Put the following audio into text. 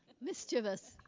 Mischievous